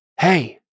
Hey